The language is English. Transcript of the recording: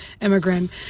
immigrant